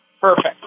Perfect